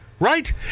Right